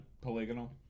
polygonal